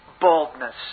baldness